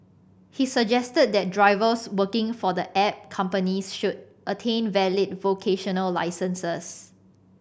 he suggested that drivers working for the app companies should attain valid vocational licences